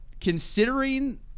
considering